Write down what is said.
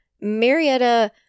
Marietta